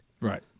Right